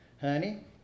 honey